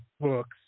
books